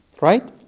right